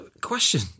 question